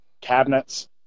cabinets